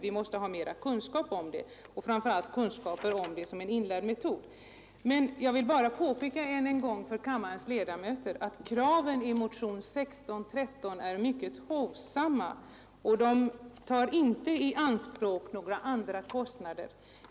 Vi måste ha mera kunskap om det, och framför allt kunskap om det som en inlärd metod. Än en gång vill jag påpeka för kammarens ledamöter att kraven i motionen 1613 är mycket hovsamma och inte tar i anspråk några extra kostnader.